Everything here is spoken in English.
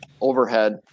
overhead